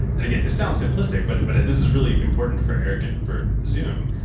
and again, this sounds simplistic but but this is really important for eric and for zoom,